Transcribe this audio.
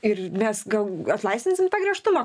ir mes gal atlaisvinsim tą griežtumą